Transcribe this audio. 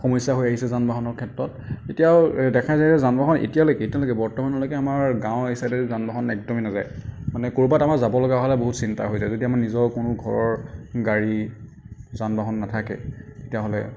সমস্য়া হৈ আহিছে যান বাহনৰ ক্ষেত্ৰত এতিয়াও দেখা যায় যে যান বাহন এতিয়ালৈকে এতিয়ালৈকে বৰ্তমানলৈকে আমাৰ গাঁৱৰ এই চাইডে যান বাহন একদমেই নাযায় মানে ক'ৰবাত আমাৰ যাব লগা হ'লে বহুত চিন্তা হৈ যায় যদি আমাৰ নিজৰ কোনো ঘৰৰ গাড়ী যান বাহন নাথাকে তেতিয়াহ'লে